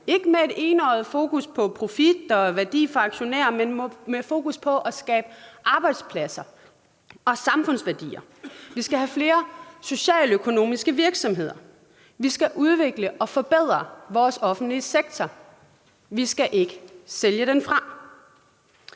Ikke med et enøjet fokus på profit og værdi for aktionærer, men med fokus på at skabe arbejdspladser og samfundsværdier. Vi skal have flere socialøkonomiske virksomheder. Vi skal udvikle og forbedre vores offentlige sektor. Vi skal ikke sælge den fra.